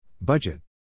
Budget